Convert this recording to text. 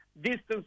distance